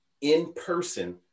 in-person